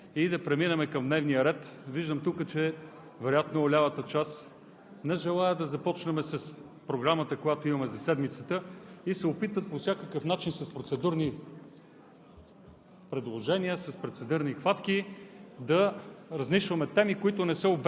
Аз се обръщам към Вас с апел – емоциите да ги потиснем и да преминем към дневния ред. Виждам тук, че вероятно лявата част не желаят да започнем с Програмата, която имаме за седмицата, и се опитват по всякакъв начин с процедурни